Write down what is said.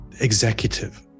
executive